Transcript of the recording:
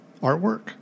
artwork